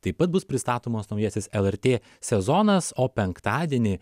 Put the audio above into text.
taip pat bus pristatomas naujasis lrt sezonas o penktadienį